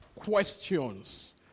questions